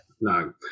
No